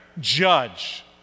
judge